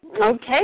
Okay